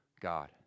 God